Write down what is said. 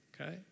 Okay